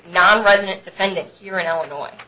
nonresident defendant here in illinois